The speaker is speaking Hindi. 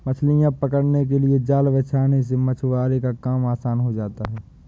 मछलियां पकड़ने के लिए जाल बिछाने से मछुआरों का काम आसान हो जाता है